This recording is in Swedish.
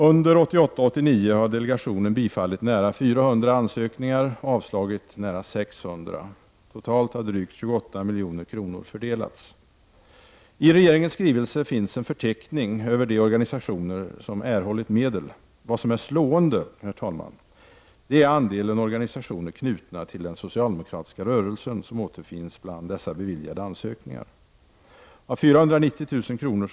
Under 1988/89 har delegationen bifallit nära 400 ansökningar och avslagit nära 600. Totalt har drygt 28 milj.kr. fördelats. I regeringens skrivelse finns en förteckning över de organisationer som erhållit medel. Andelen organisationer knutna till den socialdemokratiska rörelsen, som återfinns bland dessa beviljade ansökningar, är slående. Av de 490 000 kr.